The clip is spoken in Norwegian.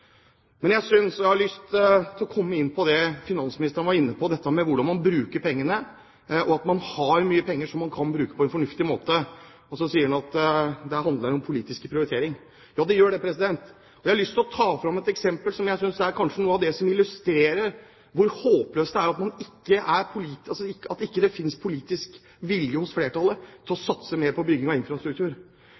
man kan bruke på en fornuftig måte, og så sier han at det handler om «politiske prioriteringer». Ja, det gjør det. Jeg har lyst til å ta fram et eksempel som kanskje er noe av det som illustrerer hvor håpløst det er at det ikke finnes politisk vilje hos flertallet til å satse mer på bygging av infrastruktur: